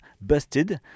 Busted